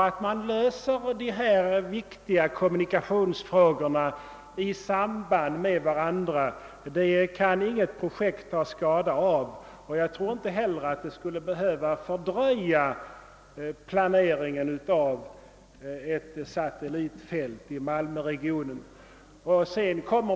Att man löser dessa viktiga kommunikationsproblem i samband med varandra kan inget projekt ta skada av, och jag tror inte heller att det skulle behöva fördröja planeringen av ett satellitfält i malmöregionen.